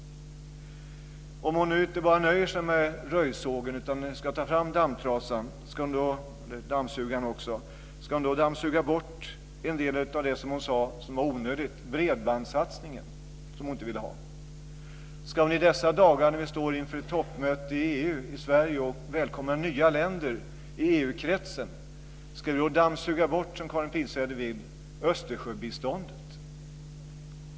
Om hon nu inte nöjer sig med röjsågen utan tar fram dammsugaren också, ska hon då dammsuga bort en del av det som hon sade var onödigt, t.ex. bredbandssatsningen som hon inte vill ha? Ska hon i dessa dagar, när vi står inför ett toppmöte i EU i Sverige och välkomnar nya länder i EU-kretsen, dammsuga bort Östersjöbiståndet?